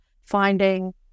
finding